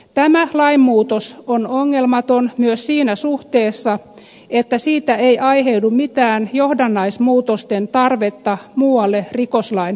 tämä lainmuutos on ongelmaton myös siinä suhteessa että siitä ei aiheudu mitään johdannaismuutosten tarvetta muualle rikoslain pykäliin